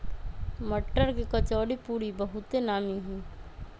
मट्टर के कचौरीपूरी बहुते नामि हइ